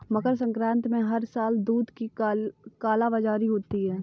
मकर संक्रांति में हर साल दूध की कालाबाजारी होती है